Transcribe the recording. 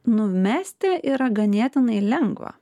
numesti yra ganėtinai lengva